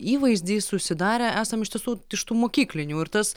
įvaizdį susidarę esam iš tiesų iš tų mokyklinių ir tas